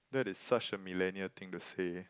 that is such a millennial thing to say